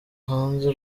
hanze